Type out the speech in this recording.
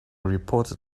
reported